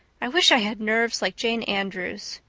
i wish i had nerves like jane andrews.